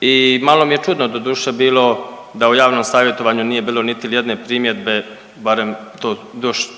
i malo mi je čudno doduše bilo da u javnom savjetovanju nije bilo niti jedne primjedbe barem to još